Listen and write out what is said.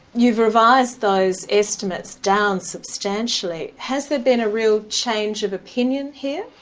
you've revised those estimates down substantially. has there been a real change of opinion here?